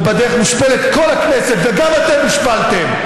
ובדרך מושפלת כל הכנסת וגם אתם הושפלתם,